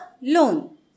loan